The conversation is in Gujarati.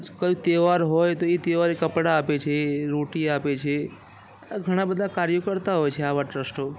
કંઈ તહેવાર હોય તો એ તહેવારે કપડા આપે છે રોટી આપે છે આવા ઘણા બધા કાર્ય કરતા હોય છે આવા ટ્રસ્ટો